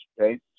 okay